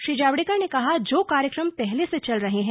श्री जावड़ेकर ने कहा जो कार्यक्रम पहले से चल रहे हैं